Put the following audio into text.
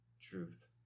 truth